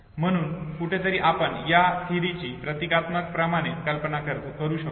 म्हणून कुठेतरी आपण या थिअरीची प्रतिकात्मक क्रमाने कल्पना करू शकतो